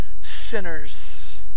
sinners